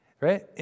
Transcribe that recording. Right